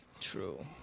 true